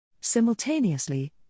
Simultaneously